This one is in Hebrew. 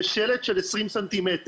ושלט של 20 סמ'.